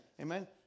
Amen